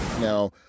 Now